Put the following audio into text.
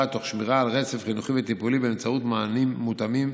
תוך שמירה על רצף חינוכי וטיפולי באמצעות מענים מותאמים,